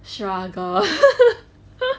struggle